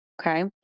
okay